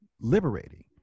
liberating